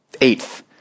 Eighth